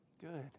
Good